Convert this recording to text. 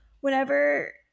whenever